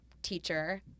teacher